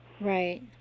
Right